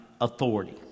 authority